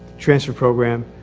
transfer program